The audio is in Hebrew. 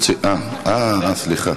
אה, סליחה,